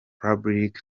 public